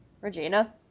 Regina